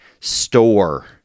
Store